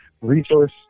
resource